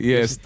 Yes